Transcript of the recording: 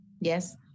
Yes